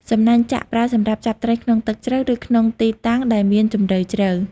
សំណាញ់ចាក់ ប្រើសម្រាប់ចាប់ត្រីក្នុងទឹកជ្រៅ ឬក្នុងទីតាំងដែលមានជម្រៅជ្រៅ។